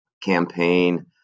campaign